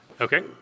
Okay